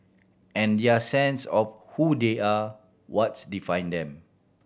and their sense of who they are what's define them